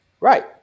Right